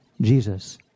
Jesus